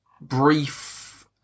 brief